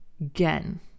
again